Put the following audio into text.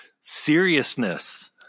seriousness